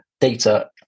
data